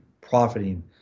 profiting